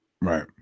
Right